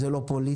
זה לא פוליטי.